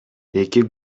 эки